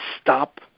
stop